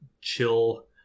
chill